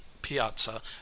piazza